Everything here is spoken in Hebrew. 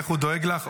איך הוא דואג לך,